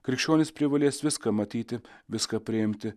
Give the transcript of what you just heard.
krikščionis privalės viską matyti viską priimti